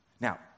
Now